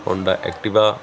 Honda Activa